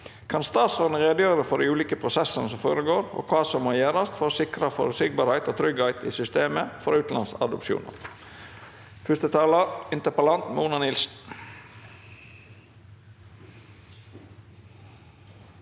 Kan statsråden redegjøre for de ulike prosessene som foregår, og hva som gjøres for å sikre forutsigbarhet og trygghet i systemet for utenlandsadopsjoner?» Mona Nilsen